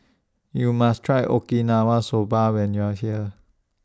YOU must Try Okinawa Soba when YOU Are here